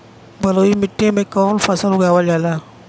बलुई मिट्टी में कवन फसल उगावल जाला?